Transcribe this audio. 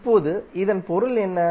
இப்போது இதன் பொருள் என்ன